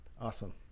awesome